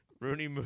Rooney